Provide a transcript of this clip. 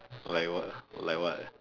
like what like what